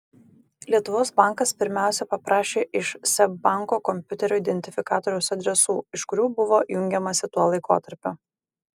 lietuvos bankas pirmiausia paprašė iš seb banko kompiuterio identifikatoriaus adresų iš kurių buvo jungiamasi tuo laikotarpiu